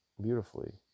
beautifully